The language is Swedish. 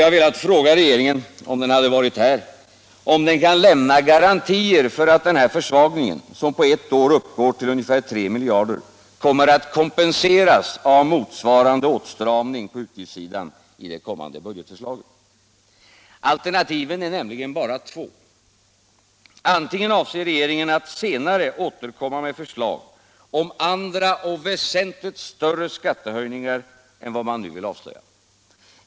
Jag måste därför fråga regeringen om den kan lämna garantier för att denna försvagning, som på ett år uppgår till ca 3 miljarder, kommer att kompenseras av motsvarande åtstramning på utgiftssidan i det kommande budgetförslaget. Alternativen är bara två. Antingen avser regeringen att senare återkomma med förslag om andra och väsentligt större skattehöjningar än vad man nu vill avslöja.